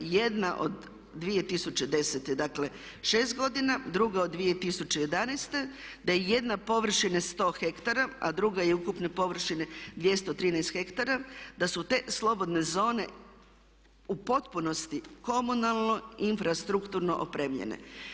Jedna od 2010., dakle 6 godina, druga od 2011., da je jedna površina 100 ha, a druga je ukupne površine 213 ha, da su te slobodne zone u potpunosti komunalno i infrastrukturno opremljene.